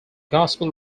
gospel